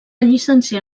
llicenciar